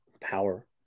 power